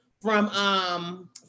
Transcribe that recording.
from-